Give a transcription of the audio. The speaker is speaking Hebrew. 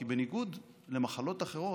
כי בניגוד למחלות אחרות,